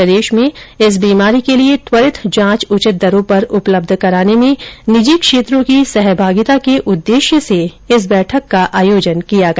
प्रदेश में इस बीमारी के लिये त्वरित जांच उचित दरों पर उपलब्ध कराने में निजी क्षेत्रों की सहभागिता के उददेश्य से इस बैठक का आयोजन किया गया